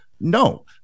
No